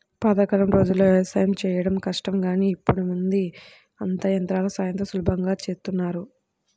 పాతకాలం రోజుల్లో యవసాయం చేయడం కష్టం గానీ ఇప్పుడేముంది అంతా యంత్రాల సాయంతో సులభంగా చేసేత్తన్నారు